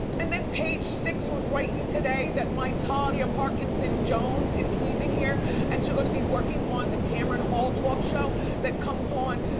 and then page six was writing today that my talia parkinson-jones is leaving here and she gonna be working on the tamron hall talk show that comes on,